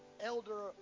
elder